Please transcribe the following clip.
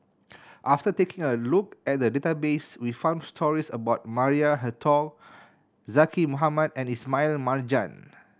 after taking a look at the database we found stories about Maria Hertogh Zaqy Mohamad and Ismail Marjan